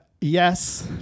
yes